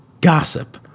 gossip